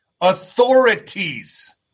authorities